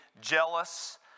jealous